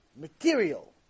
material